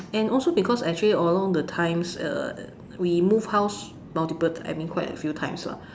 and also because actually along the times uh we moved house multiple time I mean quite a few times lah